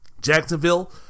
Jacksonville